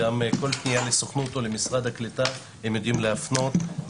גם כל פנייה לסוכנות או למשרד הקליטה הם יודעים להפנות.